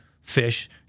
fish